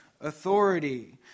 authority